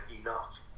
enough